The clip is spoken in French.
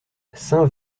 saint